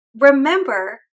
Remember